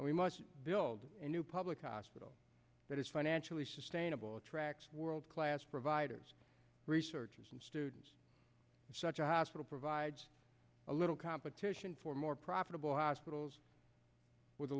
and we must build a new public hospital that is financially sustainable attract world class providers researchers and students such a hospital provides a little competition for more profitable hospitals with a